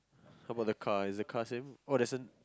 how about the car is the car same oh there's an